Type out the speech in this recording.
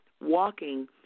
walking